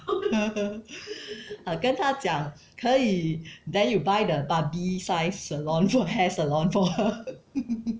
uh 跟她讲可以 then you buy the Barbie size salon the hair salon for her